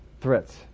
threats